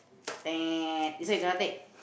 this one you cannot take